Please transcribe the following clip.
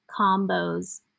combos